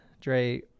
Dre